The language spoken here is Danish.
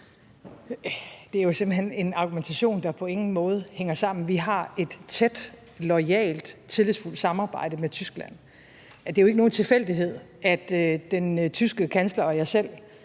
Det er jo simpelt hen en argumentation, der på ingen måde hænger sammen. Vi har et tæt, loyalt, tillidsfuldt samarbejde med Tyskland. Det er jo ikke nogen tilfældighed, at den tyske kansler og jeg selv